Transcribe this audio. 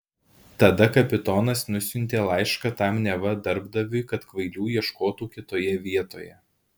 tada kapitonas nusiuntė laišką tam neva darbdaviui kad kvailių ieškotų kitoje vietoje